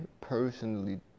personally